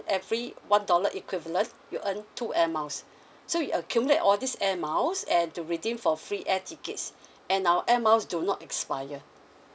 every one dollar equivalent you earn two air miles so you accumulate all these air miles and to redeem for free air tickets and our air miles do not expire